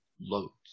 loads